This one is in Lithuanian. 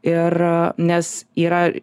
ir nes yra